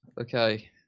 Okay